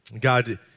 God